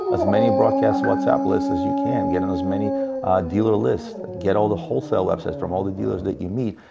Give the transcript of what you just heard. as many broadcast whatsapp list as you can. get on and as many dealer list. get all the wholesale websites from all the dealers that you meet.